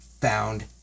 found